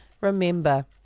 remember